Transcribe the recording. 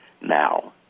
now